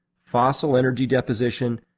fossil energy deposition,